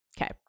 Okay